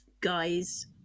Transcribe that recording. guys